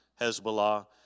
Hezbollah